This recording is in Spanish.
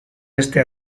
este